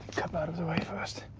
cup out of the way first,